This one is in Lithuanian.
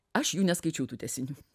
aš jų neskaičiau tų tęsinių